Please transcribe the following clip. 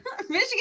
Michigan